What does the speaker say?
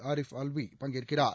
அரிஃப் ஆல்வி பங்கேற்கிறார்